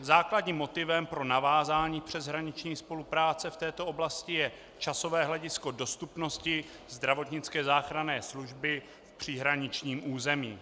Základním motivem pro navázání přeshraniční spolupráce v této oblasti je časové hledisko dostupnosti zdravotnické záchranné služby v příhraničním území.